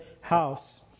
house